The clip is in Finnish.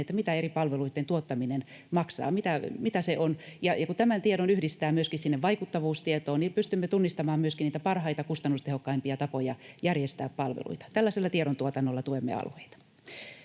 mitä eri palveluitten tuottaminen maksaa, mitä se on. Ja kun tämän tiedon yhdistää myöskin sinne vaikuttavuustietoon, niin pystymme tunnistamaan myöskin niitä parhaita ja kustannustehokkaimpia tapoja järjestää palveluita. Tällaisella tiedontuotannolla tuemme alueita.